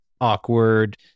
awkward